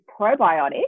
probiotics